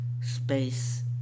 space